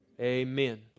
Amen